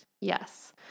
Yes